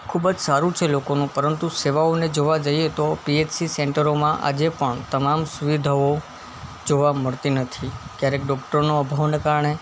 ખૂબ જ સારું છે લોકોનું પરંતુ સેવાઓને જોવા જઈએ તો પી એચ સી સેન્ટરોમાં આજે પણ તમામ સુવિધાઓ જોવા મળતી નથી ક્યારેક ડૉક્ટરનો અભાવને કારણે